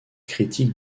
critique